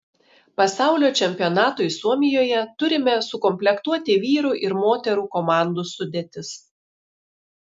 pasaulio čempionatui suomijoje turime sukomplektuoti vyrų ir moterų komandų sudėtis